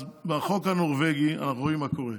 אז בחוק הנורבגי אנחנו רואים מה קורה.